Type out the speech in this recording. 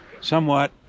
somewhat